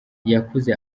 yakuze